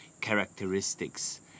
characteristics